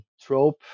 trope